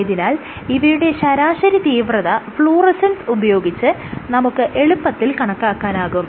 ആയതിനാൽ ഇവയുടെ ശരാശരി തീവ്രത ഫ്ലൂറസെന്സ് ഉപയോഗിച്ച് നമുക്ക് എളുപ്പത്തിൽ കണക്കാക്കാനാകും